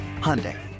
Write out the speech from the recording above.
Hyundai